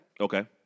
Okay